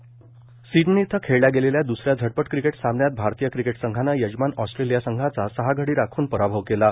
cricket Sydney इथं खेळल्या गेलेल्या द्सऱ्या झटपट क्रिकेट सामन्यात भारतीय क्रिकेट संघानं यजमान ऑस्ट्रेलिया संघाचा सहा गडी राखून पराभव केला आहे